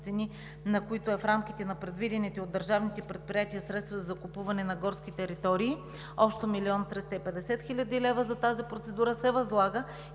цени, които са в рамките на предвидените от държавните предприятия средства за закупуване на горски територии – общо 1 млн. 350 хил. лв. за тази процедура, се възлага